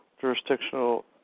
jurisdictional